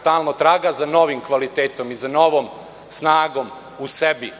stalno traga za novim kvalitetom i za novom snagom u sebi,